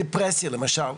דיפרסיה למשל,